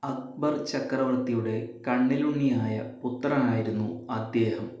അക്ബർ ചക്രവർത്തിയുടെ കണ്ണിലുണ്ണിയായ പുത്രനായിരുന്നു അദ്ദേഹം